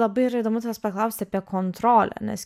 labai yra įdomu tavęs paklausti apie kontrolę nes